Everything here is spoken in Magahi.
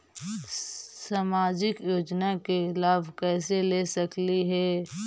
सामाजिक योजना के लाभ कैसे ले सकली हे?